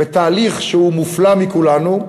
בתהליך שהוא מופלא מכולנו,